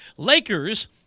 Lakers